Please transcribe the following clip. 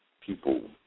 people